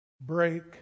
break